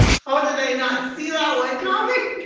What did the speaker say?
how did i not see that one coming?